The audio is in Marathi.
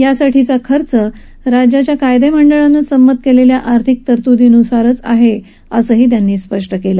यासाठी केलेला खर्च राज्याच्या कायदेमंडळानं संमत केलेल्या आर्थिक तरतुदींनुसारच आहे असंही मायावती यांनी स्पष्ट केलं